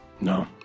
No